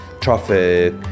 traffic